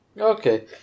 Okay